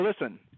listen –